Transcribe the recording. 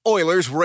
Oilers